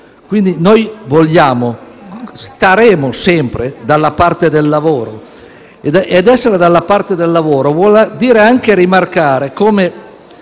Quindi staremo sempre dalla parte del lavoro ed essere dalla parte del lavoro vuol dire anche rimarcare come